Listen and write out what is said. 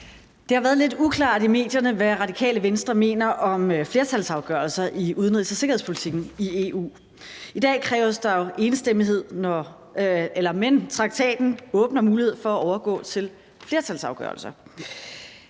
beskrevet lidt uklart i medierne, hvad Radikale Venstre mener om flertalsafgørelser i udenrigs- og sikkerhedspolitikken i EU. I dag kræves der jo enstemmighed, men traktaten åbner mulighed for at overgå til flertalsafgørelser.